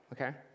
okay